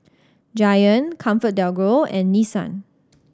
Giant ComfortDelGro and Nissan